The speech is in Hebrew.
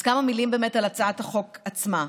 אז כמה מילים על הצעת החוק עצמה.